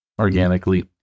organically